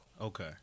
Okay